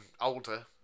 older